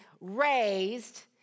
raised